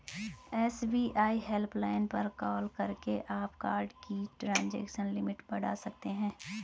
SBI helpline पर call करके आप कार्ड की ट्रांजैक्शन लिमिट बढ़ा सकते हैं